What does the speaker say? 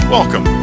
Welcome